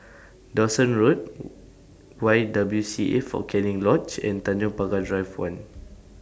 Dawson Road Y W C A Fort Canning Lodge and Tanjong Pagar Drive one